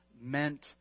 meant